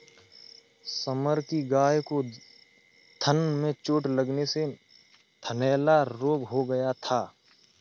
summer की गाय को थन में चोट लगने से थनैला रोग हो गया था